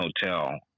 hotel